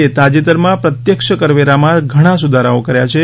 એ તાજેતરમાં પ્રત્યક્ષ કરવેરામાં ઘણા સુધારાઓ કર્યા છે